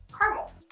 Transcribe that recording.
Caramel